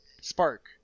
spark